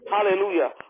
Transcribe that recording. Hallelujah